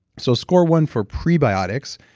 so, score one for prebiotics,